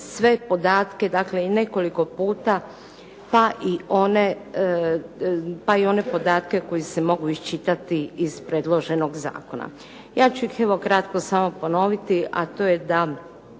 sve podatke dakle, i nekoliko puta pa i one podatke koji se mogu iščitati iz predloženog zakona. Ja ću ih evo kratko samo ponoviti a to je da